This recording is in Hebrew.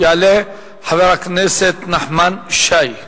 יעלה חבר הכנסת נחמן שי.